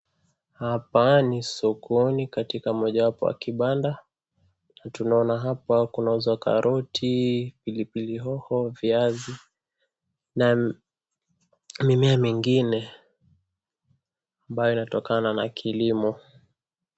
Hapa ni sokoni katika mojawapo ya kibanda na tunaona hapa kunauzwa karoti, pilipili hoho, viazi na mimea mingine ambayo inatokana na kilimo.